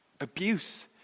Abuse